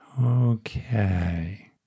Okay